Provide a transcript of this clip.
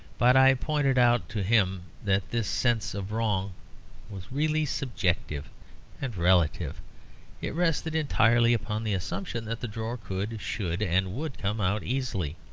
but i pointed out to him that this sense of wrong was really subjective and relative it rested entirely upon the assumption that the drawer could, should, and would come out easily.